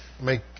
make